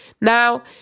Now